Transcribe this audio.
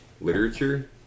literature